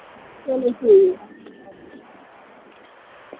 चलो ठीक ऐ